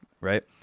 Right